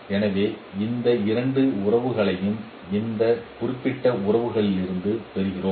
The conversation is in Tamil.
எனவே இந்த இரண்டு உறவுகளையும் இந்த குறிப்பிட்ட உறவுகளிலிருந்து பெறுகிறோம்